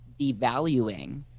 devaluing